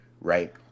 right